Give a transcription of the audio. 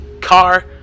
car